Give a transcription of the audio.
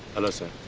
hello sir!